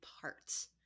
parts